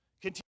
Continue